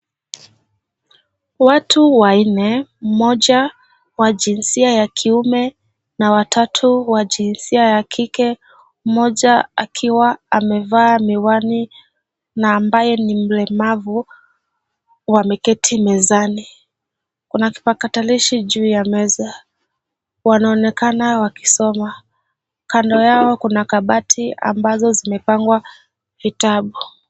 Watu wanne mmoja wa jinsia ya kiume na watatu wa jinsia ya kike. Mmoja akiwa amevaa miwani na ambaye ni mlemavu wameketi mezani. Kuna kipakatalishi juu ya meza. Wanaonekana wakisoma. Kando yao kuna kabati ambazo zimepangwa vitabu.